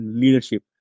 leadership